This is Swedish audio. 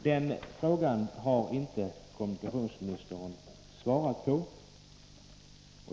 Den frågan har inte kommunikationsministern svarat på.